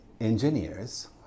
engineers